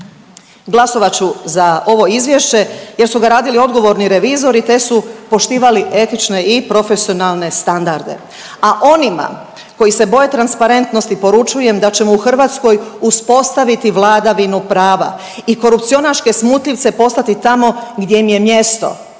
Glasovat ću za ovo izvješće jer su ga radili odgovorni revizori, te su poštivali etične i profesionalne standarde. A onima koji se boje transparentnosti poručujem da ćemo u Hrvatskoj uspostaviti vladavinu prava i korupcionaške smutljivce poslati tamo gdje im je mjesto.